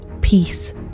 peace